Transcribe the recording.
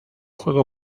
juego